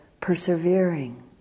persevering